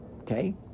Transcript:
Okay